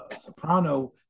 soprano